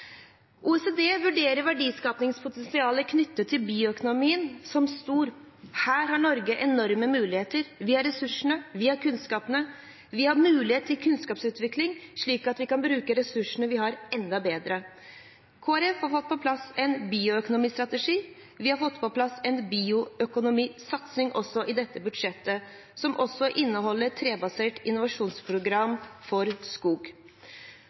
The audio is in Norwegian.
OECD vurderer verdiskapingspotensialet knyttet til bioøkonomien som stort. Her har Norge enorme muligheter. Vi har ressursene. Vi har kunnskapen. Vi har mulighet til kunnskapsutvikling, slik at vi kan bruke ressursene vi har, enda bedre. Kristelig Folkeparti har fått på plass en bioøkonomistrategi. Vi har fått på plass en bioøkonomisatsing også i dette budsjettet, som også inneholder trebasert innovasjonsprogram for skog.